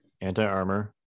anti-armor